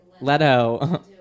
Leto